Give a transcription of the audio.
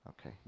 Okay